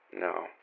No